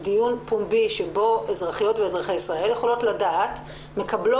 דיון פומבי שבו אזרחים ואזרחיות ישראל יכולים לדעת ומקבלים